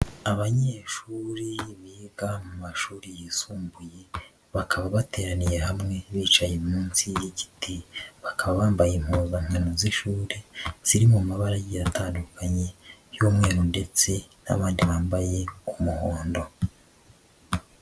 Abanyeshuri biga mu mashuri yisumbuye bakaba bateraniye hamwe bicaye munsi y'igiti, bakaba bambaye impuzankano z'ishuri ziri mu mabara agiye atandukanye y'umweru ndetse n'abandi bambaye umuhondo.